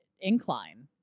incline